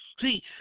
See